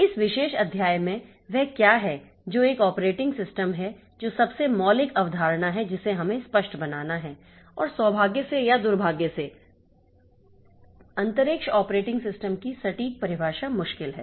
इस विशेष अध्याय में वह क्या है जो एक ऑपरेटिंग सिस्टम है जो सबसे मौलिक अवधारणा है जिसे हमें स्पष्ट बनाना है और सौभाग्य से या दुर्भाग्य से अंतरिक्ष ऑपरेटिंग सिस्टम की सटीक परिभाषा मुश्किल है